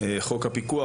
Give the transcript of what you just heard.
חוק הפיקוח,